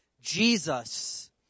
Jesus